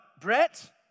Brett